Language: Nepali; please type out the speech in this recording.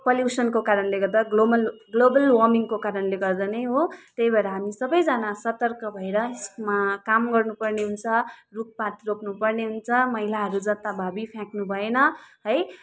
पल्युसनको कारणले गर्दा ग्लोमल ग्लोबल वर्मिङको कारणले गर्दा नै हो त्यही भएर हामी सबैजना सतर्क भएर यसमा काम गर्नु पर्ने हुन्छ रुख पात रोप्नु पर्ने हुन्छ मैलाहरू जताभावी फ्याँक्नु भएन है